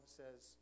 says